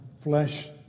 flesh